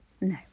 No